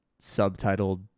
subtitled